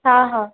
हा हा